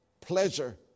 Pleasure